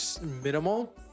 minimal